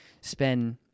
spend